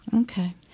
Okay